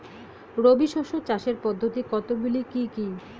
রবি শস্য চাষের পদ্ধতি কতগুলি কি কি?